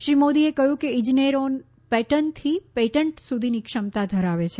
શ્રી મોદીએ કહ્યું કે ઇજનેરો પેટર્નથી પેટન્ટ સુધીની ક્ષમતા ધરાવે છે